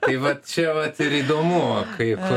tai va čia vat ir įdomu kaip